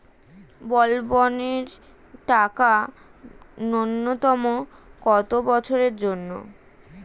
বলবনের টাকা ন্যূনতম কত বছরের জন্য?